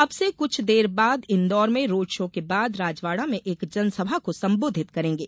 अब से कुछ देर बाद श्री गांधी इन्दौर में रोड शो के बाद राजवाड़ा में एक जनसभा को संबोधित करेंगें